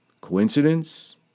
Coincidence